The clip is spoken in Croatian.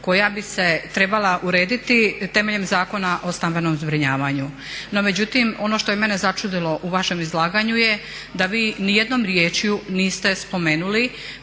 koja bi se trebala urediti temeljem Zakona o stambenom zbrinjavanju. No međutim, ono što je mene začudilo u vašem izlaganju je da vi ni jednom riječju niste spomenuli